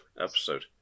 episode